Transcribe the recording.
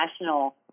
national